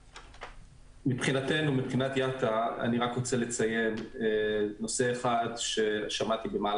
מבחינת IATA, אני רוצה לציין נושא אחד ששמעתי פה,